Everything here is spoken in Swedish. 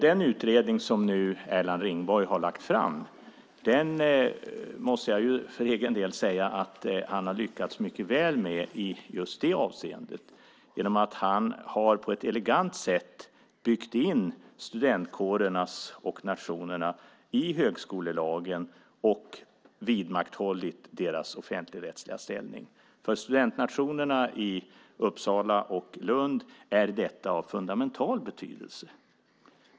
Den utredning som nu Erland Ringborg har lagt fram måste jag för egen del säga att han har lyckats mycket väl med i just det avseendet genom att han på ett elegant sätt har byggt in studentkårerna och nationerna i högskolelagen och vidmakthållit deras offentligrättsliga ställning. För studentnationerna i Uppsala och Lund är detta av fundamental betydelse.